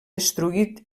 destruït